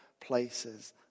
places